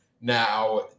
Now